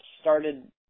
started